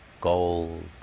Gold